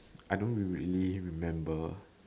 I don't really remember